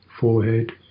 forehead